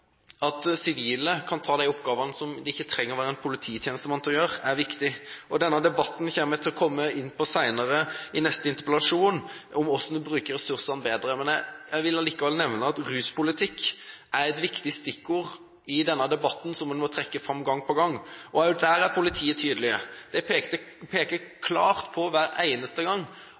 at sivile kan ta de oppgavene som en ikke trenger å være polititjenestemann for å gjøre, er viktig. Denne debatten kommer jeg til å komme inn på senere, i neste interpellasjon: om hvordan en bruker ressursene bedre. Jeg vil allikevel nevne at ruspolitikk er et viktig stikkord i denne debatten som en må trekke fram gang på gang. Også der er politiet tydelig. Det pekes hver eneste gang klart på